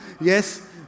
yes